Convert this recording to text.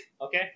Okay